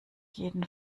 jeden